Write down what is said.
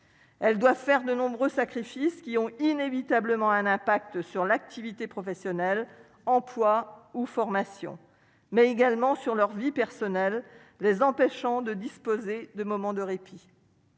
elle doit faire de nombreux sacrifices qui ont inévitablement un impact sur l'activité professionnelle, emploi ou formation mais également sur leur vie personnelle, les empêchant de disposer de moments de répit,